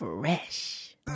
Fresh